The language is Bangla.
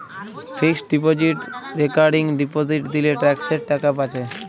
ফিক্সড ডিপজিট রেকারিং ডিপজিট দিলে ট্যাক্সের টাকা বাঁচে